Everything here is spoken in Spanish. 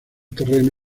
terreno